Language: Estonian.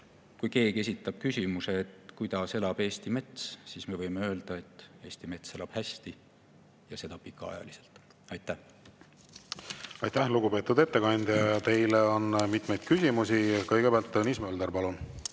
kui keegi esitab küsimuse, et kuidas elab Eesti mets, võiksime öelda, et Eesti mets elab hästi ja seda pikaajaliselt. Aitäh! Aitäh, lugupeetud ettekandja! Teile on mitmeid küsimusi. Tõnis Mölder, palun!